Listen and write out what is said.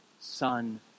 son